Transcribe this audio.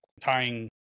tying